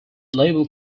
label